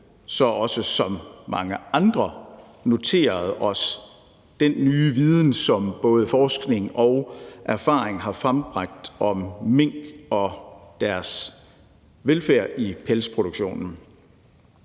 også som mange andre noteret os den nye viden, som både forskning og erfaring har frembragt om mink og deres velfærd i pelsproduktionen.